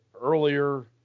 earlier